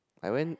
I went